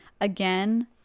Again